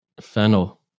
fennel